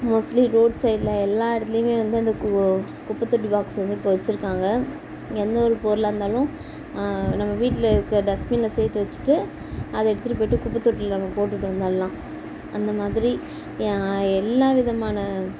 mostly road சைடில் எல்லா இடத்துலயுமே வந்து அந்த கு குப்பைத்தொட்டி பாக்ஸ் வந்து இப்போ வச்சிருக்காங்க எந்த ஒரு பொருளாக இருந்தாலும் நம்ம வீட்டில் இருக்க டஸ்ட்பின்னில் சேர்த்து வச்சிகிட்டு அதை எடுத்துகிட்டு போய்ட்டு குப்பத்தொட்டியில் நம்ம போட்டுவிட்டு வந்துவிடலாம் அந்த மாதிரி எல்லா விதமான